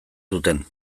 zuten